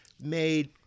made